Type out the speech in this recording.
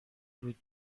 بود